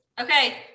Okay